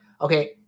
okay